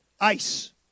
ice